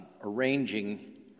arranging